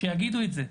שיגידו את זה.